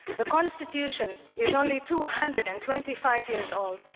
the constitution is only two hundred and twenty five years old,